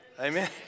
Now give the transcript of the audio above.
Amen